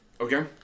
Okay